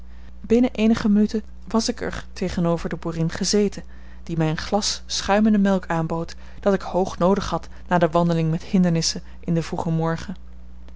binnen eenige minuten was ik er tegenover de boerin gezeten die mij een glas schuimende melk aanbood dat ik hoog noodig had na de wandeling met hindernissen in den vroegen morgen